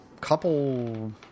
couple